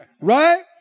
Right